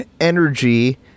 Energy